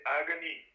agony